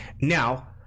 Now